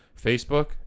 Facebook